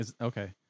Okay